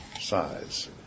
size